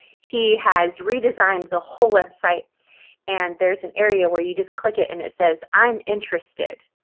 he has redesigned the whole website and there's an area where you just click it and it says, i'm interested.